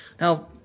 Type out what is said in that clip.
Now